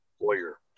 lawyer